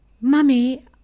Mummy